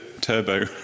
turbo